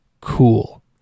cool